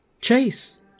Chase